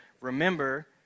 remember